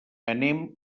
anem